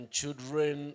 children